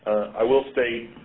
i will state,